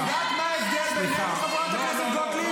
-- שווה שתאמר את זה לראש הממשלה נתניהו.